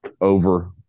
Over